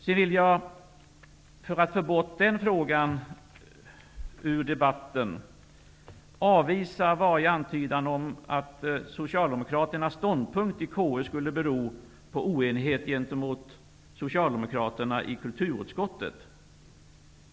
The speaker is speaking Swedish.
Sedan vill jag, för att få bort den frågan ur debatten, avvisa varje antydan om att den socialdemokratiska ståndpunkten i konstitutionsutskottet skulle bero på oenighet gentemot socialdemokraterna i kulturutskottet.